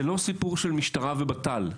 זה לא סיפור של משטרה ובט"ל,